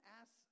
ask